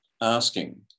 asking